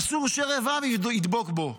אסור שרבב ידבק בו.